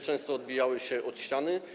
Często odbijały się od ściany.